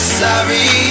sorry